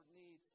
need